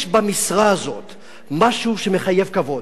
יש במשרה הזאת משהו שמחייב כבוד.